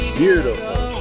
beautiful